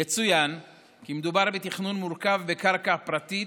יצוין כי מדובר בתכנון מורכב, בקרקע פרטית